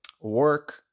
work